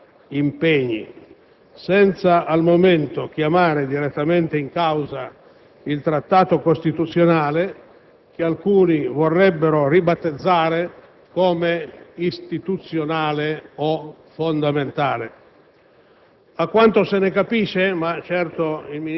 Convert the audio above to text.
caratteri, valori, priorità, impegni) senza, al momento, chiamare direttamente in causa il Trattato costituzionale che alcuni vorrebbero ribattezzare come «istituzionale» o «fondamentale».